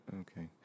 Okay